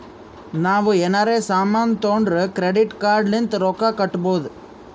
ನಾವ್ ಎನಾರೇ ಸಾಮಾನ್ ತೊಂಡುರ್ ಕ್ರೆಡಿಟ್ ಕಾರ್ಡ್ ಲಿಂತ್ ರೊಕ್ಕಾ ಕಟ್ಟಬೋದ್